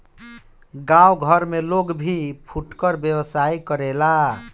गांव घर में लोग भी फुटकर व्यवसाय करेला